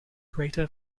greater